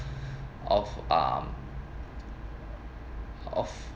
of um of